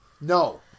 No